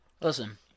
Listen